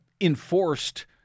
enforced